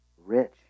rich